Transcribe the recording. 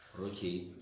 okay